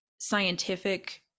scientific